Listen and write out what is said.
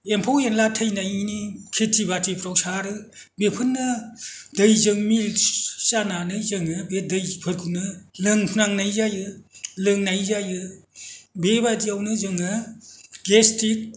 एम्फौ एनला थैनायनि खेति बातिफ्राव सारो बेफोरनो दैजों मिक्स जानानै जोङो बे दैफोरखौनो लोंनांनाय जायो लोंनाय जायो बेबायदियैनो जोङो गेस्टिक